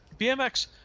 BMX